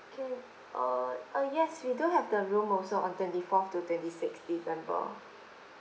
okay uh yes we do have the room also on twenty fourth to twenty sixth december